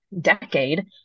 decade